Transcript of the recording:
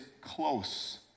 close